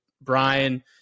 brian